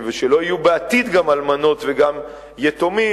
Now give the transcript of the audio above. ושלא יהיו בעתיד גם אלמנות וגם יתומים,